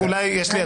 יש לי הצעה.